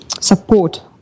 support